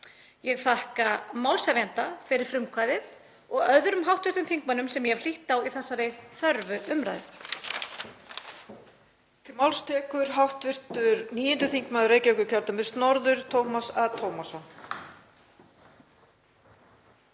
vil þakka málshefjanda fyrir frumkvæðið og öðrum hv. þingmönnum sem ég hef hlýtt á í þessari þörfu umræðu.